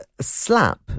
slap